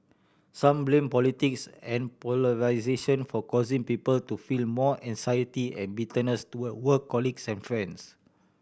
some blame politics and polarisation for causing people to feel more anxiety and bitterness toward colleagues and